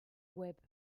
web